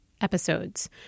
episodes